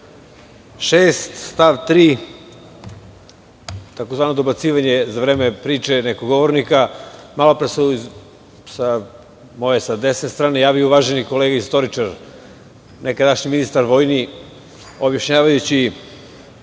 106. stav 3. tzv. dobacivanje za vreme priče nekog govornika. Malopre se sa moje desne strane javio uvaženi kolega istoričar, nekadašnji vojni ministar, objašnjavajući